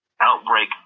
outbreak